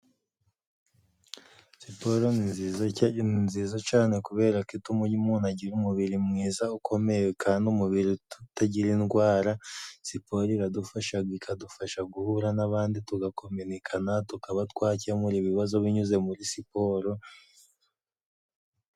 Siporo ni nziza cya ni nziza cane kubera ko ituma umuntu agira umubiri mwiza ukomeye kandi umubiri tutagira indwara, siporo iradufasha ikadufasha guhura n'abandi tugakomikana, tukaba twakemura ibibazo binyuze muri siporo.